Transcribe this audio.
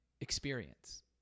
experience